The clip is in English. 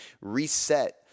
reset